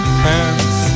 pants